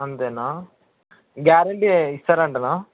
అంతేనా గ్యారెంటీ ఇస్తారంటనా